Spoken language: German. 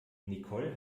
nicole